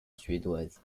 suédoise